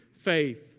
faith